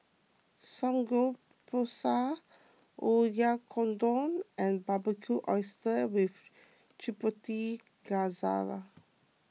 Samgeyopsal Oyakodon and Barbecued Oysters with Chipotle Glaze